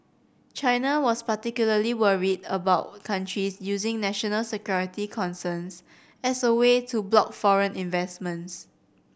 China was particularly worried about countries using national security concerns as a way to block foreign investments